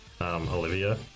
Olivia